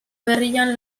berrian